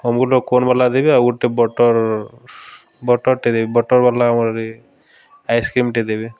ଅମୁଲ୍ର cone ବାଲା ଦେବେ ଆଉ ଗୋଟେ ବଟର୍ ବଟର୍ଟେ ଦେବେ ବଟର୍ ବାଲା ଆମର ଆଇସ୍କ୍ରିମ୍ଟେ ଦେବେ